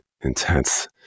intense